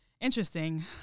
interesting